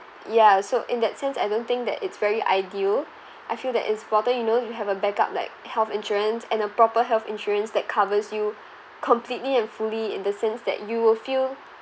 ya so in that sense I don't think that it's very ideal I feel that it's important you know you have a backup like health insurance and a proper health insurance that covers you completely and fully in the sense that you will feel